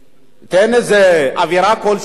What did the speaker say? תן עבירה כלשהי,